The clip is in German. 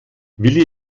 willi